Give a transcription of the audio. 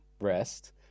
rest